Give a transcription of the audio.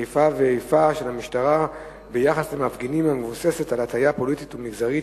איפה ואיפה של המשטרה ביחס למפגינים המבוססת על הטיה פוליטית ומגזרית,